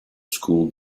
school